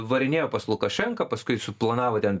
varinėjo pas lukašenką paskui suplanavo ten